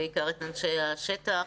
בעיקר את אנשי השטח.